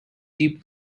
deep